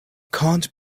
can’t